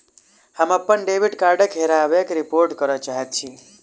हम अप्पन डेबिट कार्डक हेराबयक रिपोर्ट करय चाहइत छि